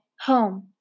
home